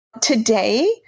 Today